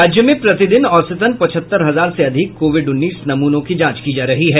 राज्य में प्रतिदिन औसतन पचहत्तर हजार से अधिक कोविड उन्नीस नूमनों की जांच की जा रही है